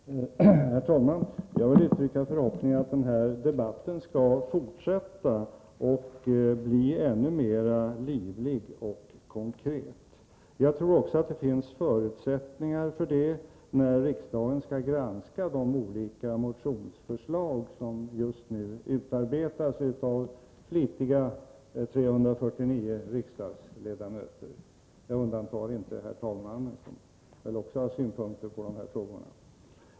Herr talman! Jag vill uttrycka förhoppningen att den här debatten skall fortsätta och bli ännu mera livlig och konkret. Jag tror att det finns förutsättningar för det när riksdagen skall granska de olika motionsförslag som just nu utarbetas av 349 flitiga riksdagsledamöter. Jag undantar inte herr talmannen, som också kan ha synpunkter på dessa frågor.